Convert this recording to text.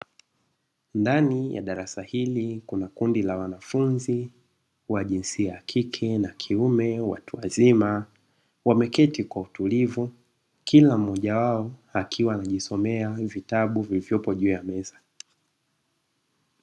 Ndani ya darasa hili kuna kundi la wanafunzi wa jinsia ya kike na kiume watuwazima, wameketi kwa utulivu, kila mmoja wao akiwa anajisomea vitabu vilivyopo juu ya meza.